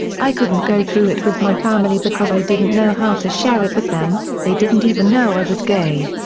i couldn't go through it with my family because i didn't know how to share it with them they didn't even know i was gay.